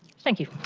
thank you.